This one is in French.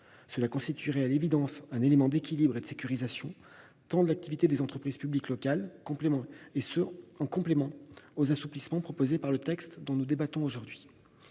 constituerait à l'évidence un facteur d'équilibre et de sécurisation de l'activité des entreprises publiques locales, en complément des assouplissements proposés par le texte dont nous débattons aujourd'hui.